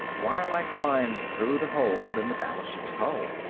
while i climbed through the hole in the battleship's hull.